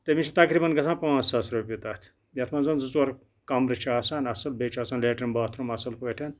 تٔمِس چھِ تقریٖبن گژھان پانٛژھ ساس رۄپیہِ تَتھ یَتھ منٛز زٕ ژور کَمرٕ چھِ آسان اَصٕل بیٚیہِ چھُ آسان لیٹریٖن باتھروٗم اَصٕل پٲٹھۍ